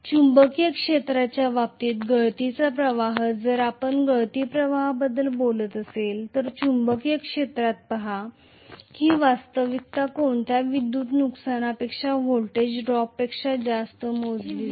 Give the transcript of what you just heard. चुंबकीय क्षेत्राच्या बाबतीत गळतीचा प्रवाह जर आपण गळती प्रवाहाबद्दल बोलत असाल तर चुंबकीय क्षेत्रात पहा ही वास्तविकता कोणत्याही विद्युत नुकसानापेक्षा व्होल्टेज ड्रॉपपेक्षा जास्त मोजली जाईल